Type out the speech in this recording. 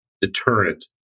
deterrent